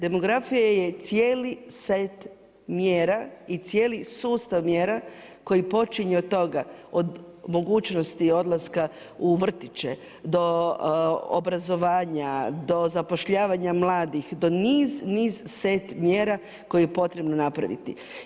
Demografija je cijeli set mjera i cijeli sustav mjera koji počinje od toga, od mogućnosti odlaska u vrtiće, do obrazovanja, do zapošljavanja mladih, do niz, niz set mjera koje je potrebno napraviti.